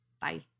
Bye